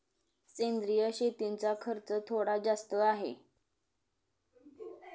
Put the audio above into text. सेंद्रिय शेतीचा खर्च थोडा जास्त आहे